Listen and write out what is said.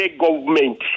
government